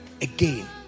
again